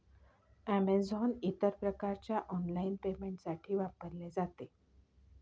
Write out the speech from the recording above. Amazon इतर प्रकारच्या online पेमेंटसाठी वापरले जाते